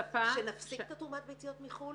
שנפסיק את תרומת הביציות מחו"ל?